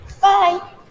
Bye